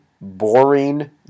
boring